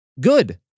Good